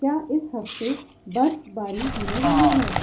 کیا اس ہفتے برفباری ہونے والی ہے